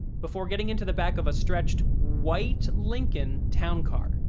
before getting into the back of a stretched, white lincoln town car,